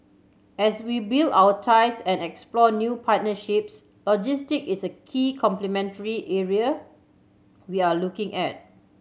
as we build our ties and explore new partnerships logistic is a key complementary area we are looking at